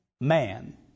man